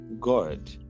god